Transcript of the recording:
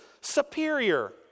superior